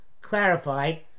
clarified